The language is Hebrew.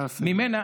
נא לסיים.